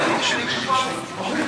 לשבוע הבא.